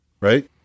right